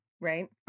right